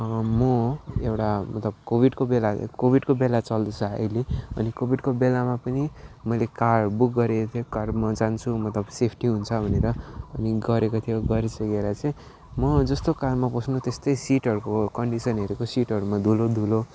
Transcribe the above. म एउटा मतलब कोविडको बेला कोविडको बेला चल्दैछ अहिले अनि कोविडको बेलामा पनि मैले कार बुक गरेको थिएँ कारमा जान्छु मतलब सेफ्टी हुन्छ भनेर अनि गरेको थियो गरिसकेर चाहिँ म जस्तो कारमा पस्नु त्यस्तै सिटहरूको कन्डिसनहरूको सिटहरूमा चाहिँ धुलो धुलो